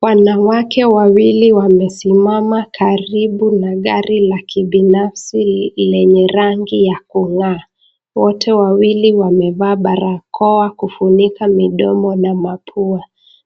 Wanawake wawili wamesimama karibu na gari la kibinafsi lenye rangi ya kungaa. Wote wawili wamevaa barakoa kufinika midomo na mapua.